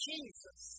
Jesus